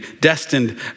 destined